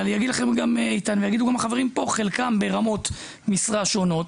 יגידו גם החברים פה - חלקם ברמות משרה שונות,